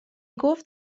گفت